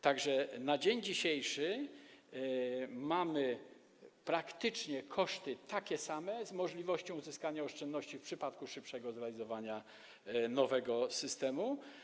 Tak że na dzień dzisiejszy mamy praktycznie takie same koszty, z możliwością uzyskania oszczędności w przypadku szybszego zrealizowania nowego systemu.